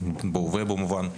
וכמובן גם בהווה במובן מסוים,